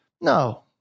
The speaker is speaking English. No